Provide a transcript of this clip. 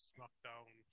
Smackdown